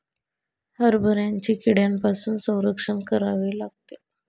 हरभऱ्याचे कीड्यांपासून संरक्षण करावे लागते